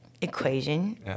equation